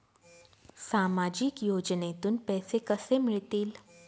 सामाजिक योजनेतून पैसे कसे मिळतील?